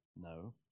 No